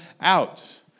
out